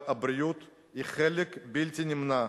אבל הבריאות היא חלק בלתי נמנע,